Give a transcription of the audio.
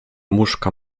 muszka